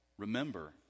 Remember